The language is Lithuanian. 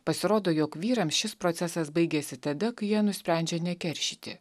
pasirodo jog vyrams šis procesas baigiasi tada kai jie nusprendžia nekeršyti